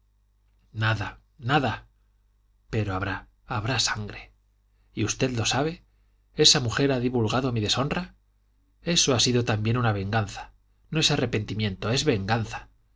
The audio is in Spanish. nada nada pero habrá habrá sangre y usted lo sabe esa mujer ha divulgado mi deshonra eso ha sido también una venganza no es arrepentimiento es venganza